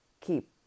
Keep